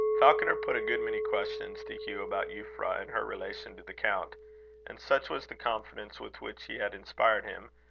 falconer put a good many questions to hugh, about euphra and her relation to the count and such was the confidence with which he had inspired him,